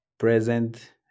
present